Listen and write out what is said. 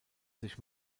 sich